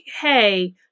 Hey